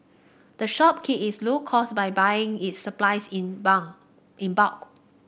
the shop key its low cost by buying its supplies in in bulk